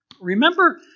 Remember